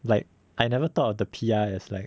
like I never thought of the P_R as like